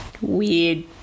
weird